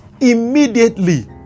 immediately